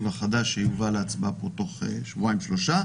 החדש שיובא להצבעה פה בתוך שבועיים-שלושה.